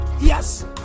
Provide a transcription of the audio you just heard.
Yes